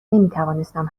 نمیتوانستم